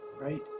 Right